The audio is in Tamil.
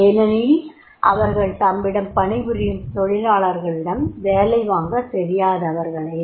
ஏனெனில் அவர்கள் தம்மிடம் பணிபுரியும் தொழிலாளர்களிடம் வேலை வாங்கத் தெறியாதவர்களே